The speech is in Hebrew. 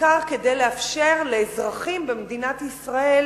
בעיקר כדי לאפשר לאזרחים במדינת ישראל